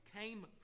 came